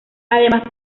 además